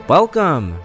Welcome